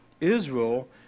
Israel